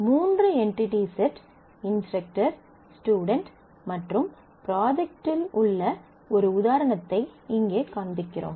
மூன்று entity set instructor student மற்றும் project உள்ள ஒரு உதாரணத்தை இங்கே காண்பிக்கிறோம்